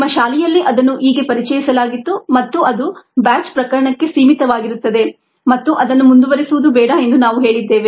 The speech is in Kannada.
ನಿಮ್ಮ ಶಾಲೆಯಲ್ಲಿ ಅದನ್ನು ಹೀಗೆ ಪರಿಚಯಿಸಲಾಗಿತ್ತು ಮತ್ತು ಅದು ಬ್ಯಾಚ್ ಪ್ರಕರಣಕ್ಕೆ ಸೀಮಿತವಾಗಿರುತ್ತದೆ ಮತ್ತು ಅದನ್ನು ಮುಂದುವರಿಸುವುದು ಬೇಡ ಎಂದು ನಾವು ಹೇಳಿದ್ದೇವೆ